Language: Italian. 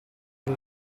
dal